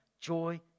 joy